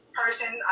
person